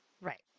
Right